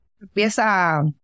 empieza